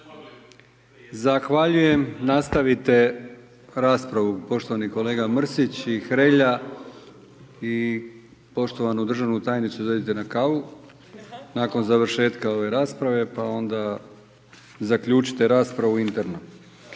Zahvaljujem, nastavite raspravu poštovani kolega Mrsić i Hrelja i poštovanu državnu tajnicu odvedite na kavu nakon završetka ove rasprave pa onda zaključite raspravu interno.